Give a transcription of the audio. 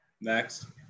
Next